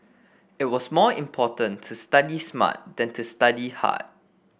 it was more important to study smart than to study hard